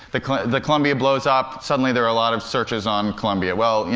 the the columbia blows up, suddenly there are a lot of searches on columbia. well, yeah